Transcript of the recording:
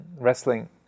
Wrestling